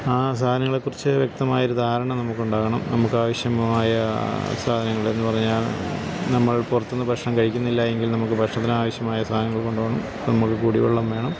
ആ സാധനങ്ങളെക്കുറിച്ച് വ്യക്തമായൊരു ധാരണ നമുക്കുണ്ടാകണം നമുക്ക് ആവശ്യമായ സാധനങ്ങള് എന്ന് പറഞ്ഞാൽ നമ്മൾ പുറത്ത് നിന്ന് ഭക്ഷണം കഴിക്കുന്നില്ലായെങ്കിൽ നമുക്ക് ഭക്ഷണത്തിനാവശ്യമായ സാധനങ്ങൾ കൊണ്ടുപോകണം നമുക്ക് കുടിവെള്ളം വേണം